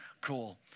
Cool